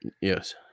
yes